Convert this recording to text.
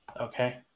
Okay